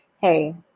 hey